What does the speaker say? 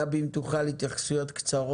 גבי נבון, אם תוכל להתייחס בקצרה.